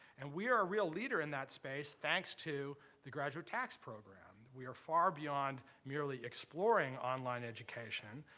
and we are a real leader in that space thanks to the graduate tax program. we are far beyond merely exploring online education.